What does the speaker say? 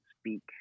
speak